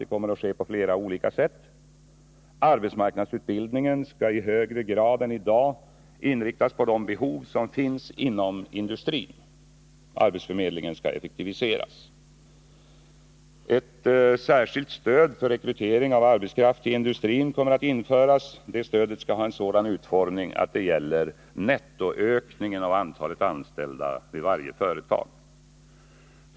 Det kommer att ske på flera olika sätt. Arbetsmarknadsutbildningen skall i högre grad än i dag inriktas på de behov som finns inom industrin. Arbetsförmedlingen skall effektiviseras. Ett särskilt stöd till rekrytering av arbetskraft till industrin kommer att införas. Det stödet skall ha en sådan utformning att det gäller nettoökningen av antalet anställda vid varje företag.